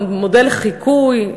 מודל לחיקוי,